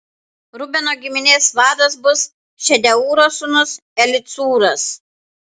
rubeno giminės vadas bus šedeūro sūnus elicūras